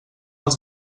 els